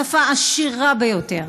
שפה עשירה ביותר.